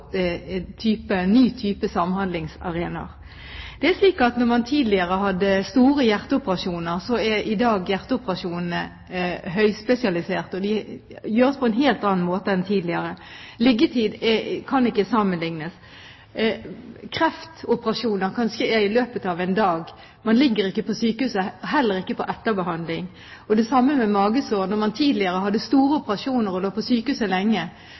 ny type samhandlingsarenaer. Mens man tidligere hadde store hjerteoperasjoner, er i dag hjerteoperasjonene høyspesialisert og gjøres på en helt annen måte. Liggetid kan ikke sammenlignes. Kreftoperasjoner kan skje i løpet av en dag. Man ligger ikke på sykehuset, heller ikke på etterbehandling. Det samme gjelder magesår. Mens man tidligere hadde store operasjoner og lå på sykehuset lenge,